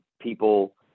people